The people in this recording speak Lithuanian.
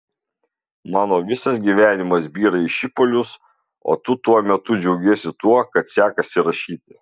mano visas gyvenimas byra į šipulius o tu tuo metu džiaugiesi tuo kad sekasi rašyti